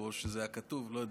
או שזה היה כתוב, לא יודע.